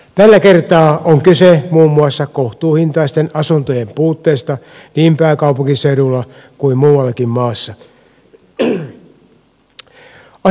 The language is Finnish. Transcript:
tällä kertaa on kyse muun muassa kohtuuhintaisten asuntojen puutteesta niin pääkaupunkiseudulla kuin muuallakin maassa